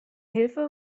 hilfe